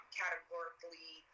categorically